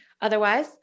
Otherwise